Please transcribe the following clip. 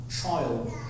child